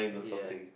ya